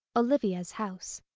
olivia's house.